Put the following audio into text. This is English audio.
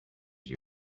you